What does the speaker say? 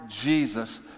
Jesus